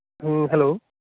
ᱦᱮᱸ ᱦᱮᱞᱳ